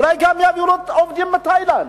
אולי גם יעבירו עובדים מתאילנד.